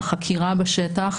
החקירה בשטח,